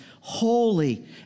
holy